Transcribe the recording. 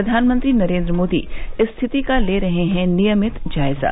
प्रधानमंत्री नरेन्द्र मोदी स्थिति का ले रहे हैं नियमित जायजा